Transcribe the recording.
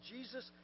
Jesus